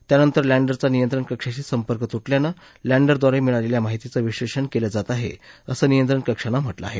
त्यानंतर लँडरचा नियंत्रण कक्षाशी संपर्क तुटल्यानं लँडरद्वारे मिळालेल्या माहितीचं विश्लेषण केलं जात आहे असं नियंत्रण कक्षानं म्हटलं आहे